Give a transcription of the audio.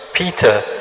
Peter